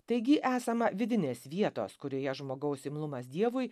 taigi esama vidinės vietos kurioje žmogaus imlumas dievui